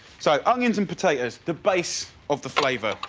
so onions and potatoes, the base of the flavour.